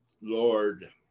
Lord